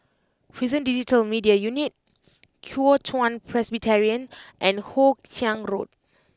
Prison Digital Media Unit Kuo Chuan Presbyterian and Hoe Chiang Road